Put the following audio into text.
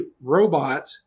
robot